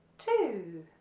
two